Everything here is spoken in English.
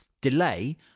delay